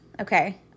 okay